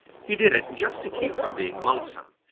he did it just to keep from being lonesome.